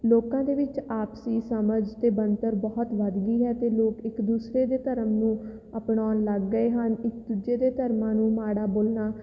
ਲੋਕਾਂ ਦੇ ਵਿੱਚ ਆਪਸੀ ਸਮਝ ਅਤੇ ਬਣਤਰ ਬਹੁਤ ਵੱਧ ਗਈ ਹੈ ਅਤੇ ਲੋਕ ਇੱਕ ਦੂਸਰੇ ਦੇ ਧਰਮ ਨੂੰ ਅਪਣਾਉਣ ਲੱਗ ਗਏ ਹਨ ਇੱਕ ਦੂਜੇ ਦੇ ਧਰਮਾਂ ਨੂੰ ਮਾੜਾ ਬੋਲਣਾ